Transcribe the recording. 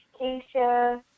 Keisha